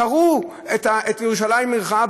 קרעו את "ולירושלים עירך",